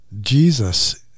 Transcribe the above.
Jesus